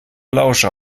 lauscher